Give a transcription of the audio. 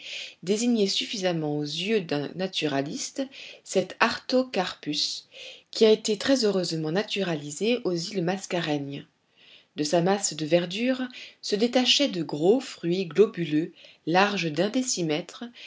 désignait suffisamment aux yeux d'un naturaliste cet artocarpus qui a été très heureusement naturalisé aux îles mascareignes de sa masse de verdure se détachaient de gros fruits globuleux larges d'un décimètre